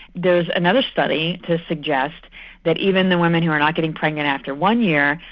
there's another study to suggest that even the women who are not getting pregnant after one year,